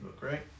right